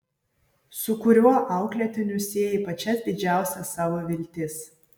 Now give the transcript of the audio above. su kuriuo auklėtiniu sieji pačias didžiausias savo viltis